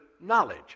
knowledge